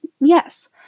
yes